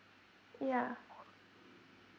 yeah